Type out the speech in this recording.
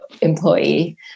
employee